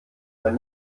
man